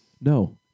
No